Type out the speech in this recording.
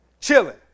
chilling